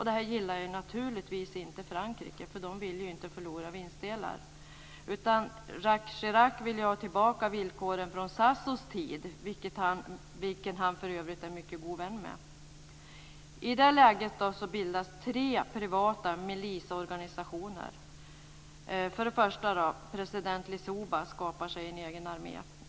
Det gillar naturligtvis inte Frankrike, för det vill inte förlora vinstdelar. Jacques Chirac vill ha tillbaka villkoren från Sassou-Nguessos tid, vilken han för övrigt är mycket god vän med. I det här läget bildas tre privata milisorganisationer. För det första skapar president Lissouba sig en egen armé.